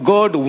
God